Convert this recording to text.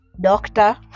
doctor